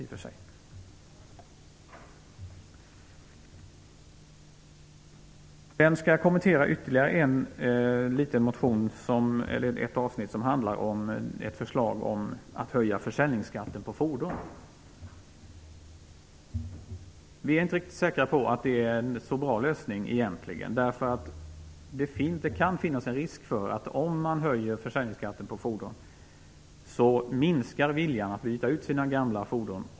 Jag skall också kommentera ett avsnitt som handlar om ett förslag om att höja försäljningsskatten på fordon. Vi är egentligen inte riktigt säkra på att det är en bra lösning. Det kan finnas en risk för att viljan att byta ut gamla fordon minskar om man höjer försäljningsskatten på fordon.